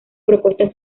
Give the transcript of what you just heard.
propuestas